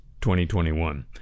2021